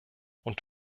und